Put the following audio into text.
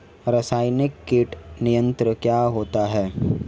रसायनिक कीट नियंत्रण क्या होता है?